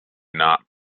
not